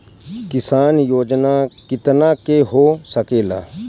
किसान योजना कितना के हो सकेला?